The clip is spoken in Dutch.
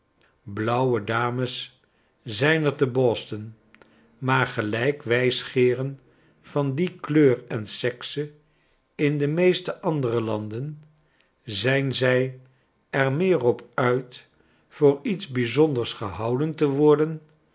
dames zijn er te b o s t o n maar gelijk wijsgeeren va n die kleur en sexe in de meeste andere landen zijn zij er meer op uit voor iets bijzonders gehouden te worden